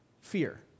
fear